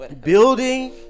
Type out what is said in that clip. building